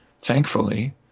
thankfully